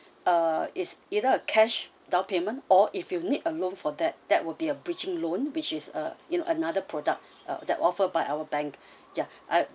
uh is either a cash down payment or if you need a loan for that that will be a bridging loan which is uh you know another product that offer by our bank yeah and